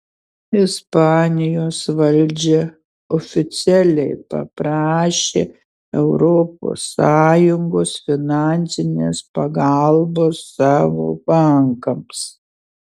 ispanijos valdžia oficialiai paprašė europos sąjungos finansinės pagalbos savo bankams